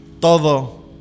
todo